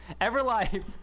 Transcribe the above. Everlife